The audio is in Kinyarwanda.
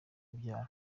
urubyaro